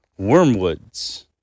wormwoods